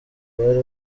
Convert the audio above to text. bari